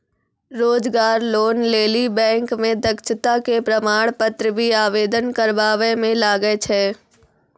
रोजगार लोन लेली बैंक मे दक्षता के प्रमाण पत्र भी आवेदन करबाबै मे लागै छै?